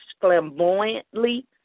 flamboyantly